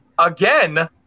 Again